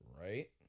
Right